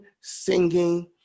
singing